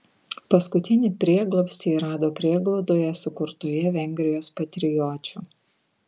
paskutinį prieglobstį ji rado prieglaudoje sukurtoje vengrijos patriočių